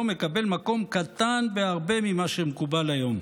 מקבל מקום קטן בהרבה ממה שמקובל היום.